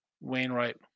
wainwright